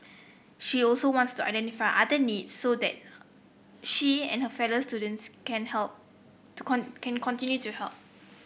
she also wants to identify other needs so that she and her fellow students can help can continue to help